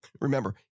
Remember